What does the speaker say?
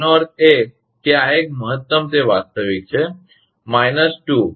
એનો અર્થ એ કે આ એક મહત્તમ તે વાસ્તવિક છે ઓછા 0